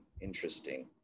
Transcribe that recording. Interesting